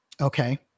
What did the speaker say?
Okay